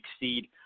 exceed